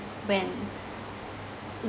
when